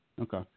Okay